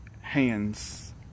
hands